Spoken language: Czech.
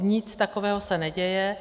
Nic takového se neděje.